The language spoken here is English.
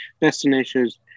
destinations